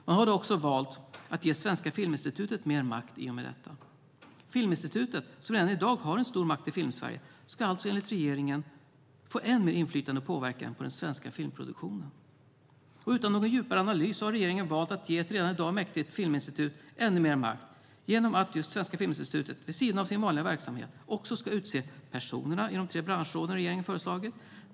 Man har då också valt att ge Svenska Filminstitutet mer makt i och med detta. Filminstitutet, som redan i dag har en stor makt i Filmsverige, ska alltså enligt regeringen få än mer inflytande och påverkan på den svenska filmproduktionen. Utan någon djupare analys har regeringen valt att ge ett redan i dag mäktigt filminstitut ännu mer makt genom att just Svenska Filminstitutet, vid sidan av sin vanliga verksamhet, också ska utse personerna i de tre branschråden regeringen föreslagit.